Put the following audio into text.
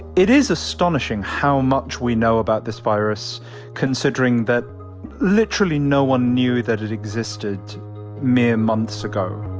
it is astonishing how much we know about this virus considering that literally no one knew that it existed mere months ago